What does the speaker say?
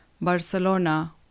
Barcelona